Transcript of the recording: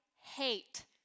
hate